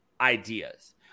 ideas